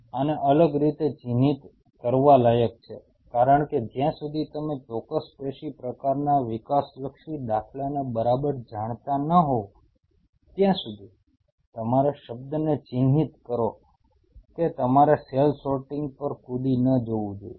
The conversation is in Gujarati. આને અલગ રીતે ચિન્હિત કરવા લાયક છે કારણ કે જ્યાં સુધી તમે ચોક્કસ પેશી પ્રકારનાં વિકાસલક્ષી દાખલાને બરાબર જાણતા ન હોવ ત્યાં સુધી મારા શબ્દને ચિહ્નિત કરો કે તમારે સેલ સોર્ટિંગ પર કૂદી ન જવું જોઈએ